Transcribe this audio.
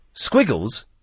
Squiggles